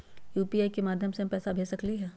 UPI के माध्यम से हम पैसा भेज सकलियै ह?